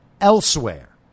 elsewhere